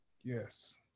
Yes